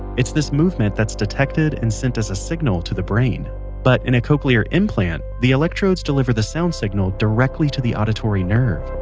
it's this movement that's detected and sent as a signal to the brain but in a cochlear implant the electrodes deliver the sound signal directly to the auditory nerve